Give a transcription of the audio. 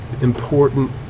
important